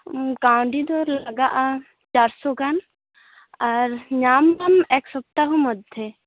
ᱠᱟᱹᱣᱰᱤ ᱫᱚ ᱞᱟᱜᱟᱜᱼᱟ ᱪᱟᱨᱥᱚ ᱜᱟᱱ ᱟᱨ ᱧᱟᱢ ᱮᱟᱢ ᱮᱠ ᱥᱚᱯᱛᱟᱦᱚ ᱢᱮᱫᱽᱫᱷᱮ